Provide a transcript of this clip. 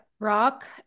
Rock